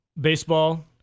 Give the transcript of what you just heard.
Baseball